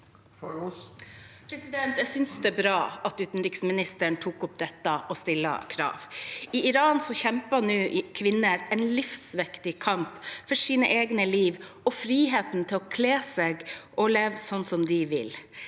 Jeg synes det er bra at utenriksministeren tok opp dette og stilte krav. I Iran kjemper nå kvinner en livsviktig kamp for eget liv og for friheten til å kle seg og leve som de vil.